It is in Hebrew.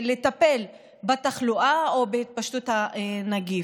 לטפל בתחלואה או בהתפשטות הנגיף.